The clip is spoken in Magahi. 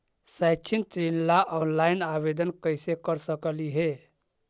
शैक्षिक ऋण ला ऑनलाइन आवेदन कैसे कर सकली हे?